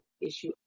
issue